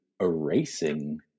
erasing